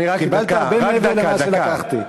קיבלת הרבה מעבר למה שלקחתי.